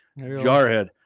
Jarhead